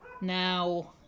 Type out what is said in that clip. Now